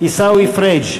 עיסאווי פריג'